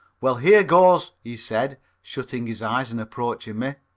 well, here goes, he said, shutting his eyes and approaching me.